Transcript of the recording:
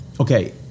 okay